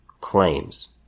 claims